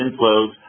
inflows